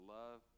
love